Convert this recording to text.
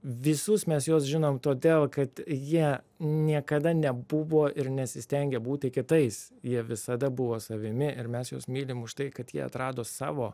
visus mes juos žinom todėl kad jie niekada nebuvo ir nesistengė būti kitais jie visada buvo savimi ir mes juos mylim už tai kad jie atrado savo